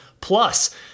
Plus